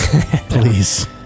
Please